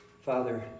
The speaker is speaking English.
Father